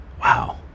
Wow